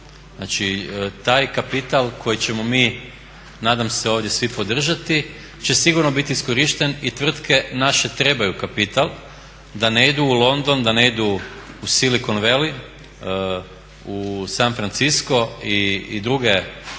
znači taj kapital koji ćemo mi nadam se ovdje svi podržati će sigurno bit iskorišten i tvrtke naše trebaju kapital da ne idu u London, da ne idu u Silicon Valley, u San Francisco i druge